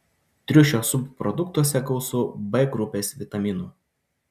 triušio subproduktuose gausu b grupės vitaminų